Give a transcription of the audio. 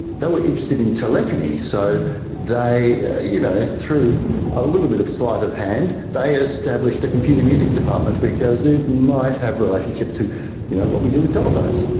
they were interested in telephony, so through you know through a little bit of sleight of hand they established a computer music department because it might have relationship to you know what we do with telephones.